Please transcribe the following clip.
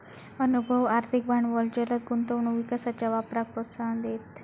अनुभव, आर्थिक भांडवल जलद गुंतवणूक विकासाच्या वापराक प्रोत्साहन देईत